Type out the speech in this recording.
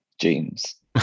jeans